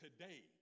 today